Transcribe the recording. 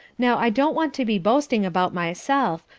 now i don't want to be boasting about myself,